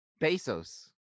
Bezos